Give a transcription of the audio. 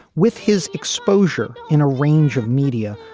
with his exposure in a range of media.